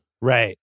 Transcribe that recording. Right